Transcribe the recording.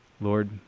Lord